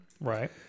Right